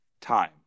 time